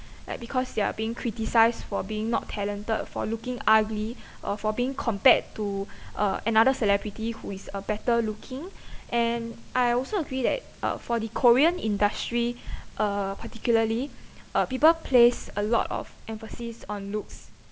like because they are being criticised for being not talented for looking ugly or for being compared to uh another celebrity who is uh better looking and I also agree that uh for the korean industry uh particularly uh people place a lot of emphasis on looks